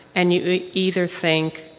and you either think,